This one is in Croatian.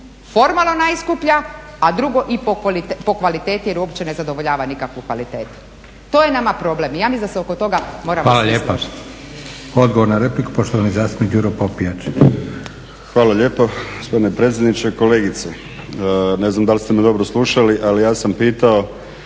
formalno najskuplja, a drugo i po kvaliteti jer uopće ne zadovoljava nikakvu kvalitetu. To je nama problem i ja mislim da se oko toga moramo svi složiti. **Leko, Josip (SDP)** Hvala lijepa. Odgovor na repliku poštovani zastupnik Đuro Popijač. **Popijač, Đuro (HDZ)** Hvala lijepo gospodine predsjedniče. Kolegice, ne znam da li ste me dobro slušali ali ja sam pitao,